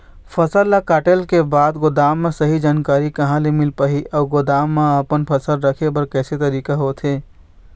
फसल ला कटेल के बाद गोदाम के सही जानकारी कहा ले मील पाही अउ गोदाम मा अपन फसल रखे बर कैसे तरीका होथे?